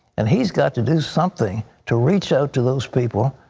and he has got to do something to reach out to those people.